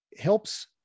helps